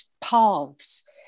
paths